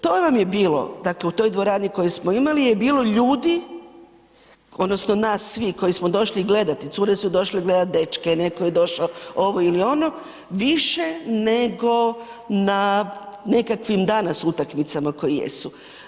To vam je bilo, dakle u toj dvorani u kojoj smo imali je bilo ljudi odnosno nas svih koje smo došle gledati, cure su došle gledati dečke, neko je došao ovo ili ono, više nego na nekakvim danas utakmicama koje jesu.